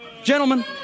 Gentlemen